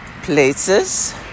Places